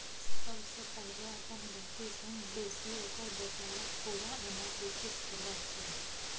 सबसँ पहिले अपन गहिंकी संग बैसि ओकर बेपारक पुरा एनालिसिस करबाक चाही